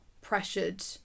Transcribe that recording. pressured